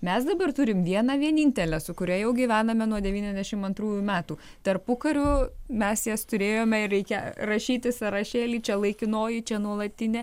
mes dabar turim vieną vienintelę su kuria jau gyvename nuo devyniasdešim antrųjų metų tarpukariu mes jas turėjome ir reikia rašyti sąrašėlį čia laikinoji čia nuolatinė